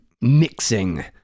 mixing